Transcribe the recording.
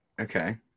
Okay